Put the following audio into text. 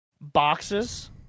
boxes